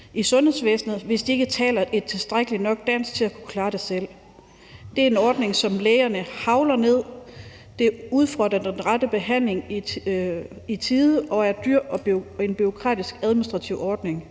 i sundhedsvæsenet, hvis de ikke taler et tilstrækkelig godt dansk til at kunne klare det selv. Det er en ordning, som lægerne hagler ned. Det udfordrer den rette behandling og er en dyr og bureaukratisk administrativ ordning.